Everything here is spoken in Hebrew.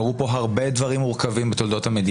בתולדות המדינה קרו כאן הרבה דברים מורכבים אבל